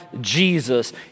Jesus